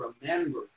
remember